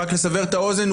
רק לסבר את האוזן,